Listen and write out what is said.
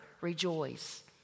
rejoice